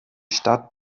stadt